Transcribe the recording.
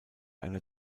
einer